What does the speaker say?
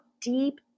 deep